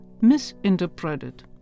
misinterpreted